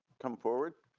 come forward,